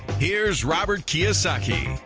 here's robert kiyosaki.